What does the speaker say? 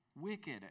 wicked